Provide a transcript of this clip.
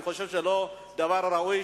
אני חושב שזה לא דבר ראוי,